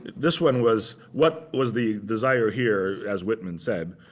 this one was what was the desire here, as whitman said,